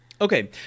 Okay